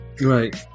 Right